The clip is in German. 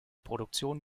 produktion